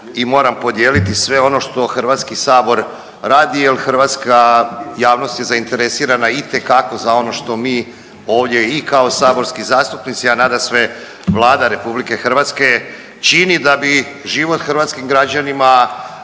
hrvatska javnost je zainteresirana itekako za ono što mi ovdje i kao saborski zastupnici, a nadasve Vlada RH čini da bi život hrvatskim građanima,